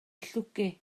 llwgu